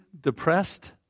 depressed